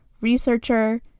researcher